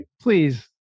please